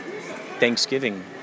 Thanksgiving